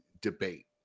debate